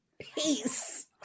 peace